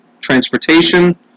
Transportation